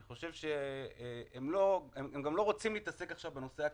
אני חושב שהם גם לא רוצים להתעסק עכשיו בנושא הכספי,